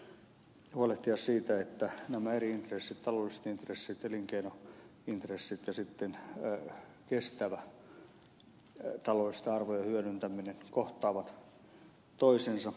eli meidän pitää huolehtia siitä että nämä eri intressit taloudelliset intressit elinkeinointressit ja sitten kestävä taloudellisten arvojen hyödyntäminen kohtaavat toisensa